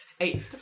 eight